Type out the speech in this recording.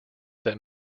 that